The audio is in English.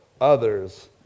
Others